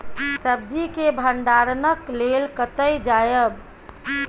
सब्जी के भंडारणक लेल कतय जायब?